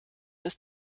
ist